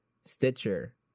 Stitcher